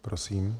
Prosím.